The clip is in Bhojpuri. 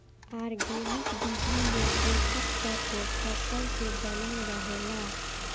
आर्गेनिक विधि में पोषक तत्व फसल के बनल रहेला